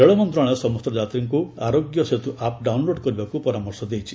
ରେଳ ମନ୍ତ୍ରଣାଳୟ ସମସ୍ତ ଯାତ୍ରୀଙ୍କୁ ଆରୋଗ୍ୟ ସେତ୍ ଆପ୍ ଡାଉନ୍ଲୋଡ୍ କରିବାକୁ ପରାମର୍ଶ ଦେଇଛି